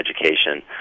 education